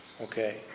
Okay